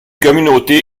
communauté